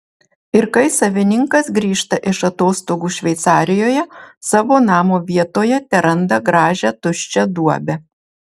ir kai savininkas grįžta iš atostogų šveicarijoje savo namo vietoje teranda gražią tuščią duobę